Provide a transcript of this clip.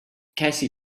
cassie